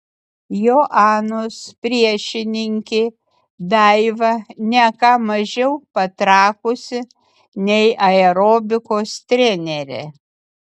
joanos priešininkė daiva ne ką mažiau patrakusi nei aerobikos trenerė